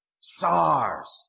SARS